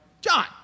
john